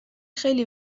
خیلی